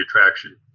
attraction